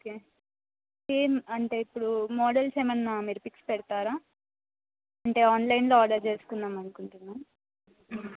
okay సమ్ అంటే ఇప్పుడు మోడల్స్ ఏమన్నా మీరు పిక్స్ పెడతారా అంటే ఆన్లైన్లో ఆర్డర్ చేసుకుందామనుకుంటున్నాం